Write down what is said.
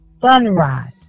sunrise